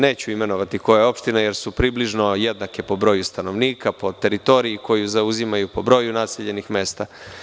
Neću imenovati koje opštine, jer su približno jednake po broju stanovnika, po teritoriji koju zauzimaju, po broju naseljenih mesta.